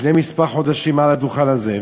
לפני כמה חודשים מעל הדוכן הזה,